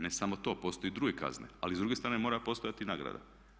Ne samo to, postoje i druge kazne ali s druge strane mora postojati i nagrada.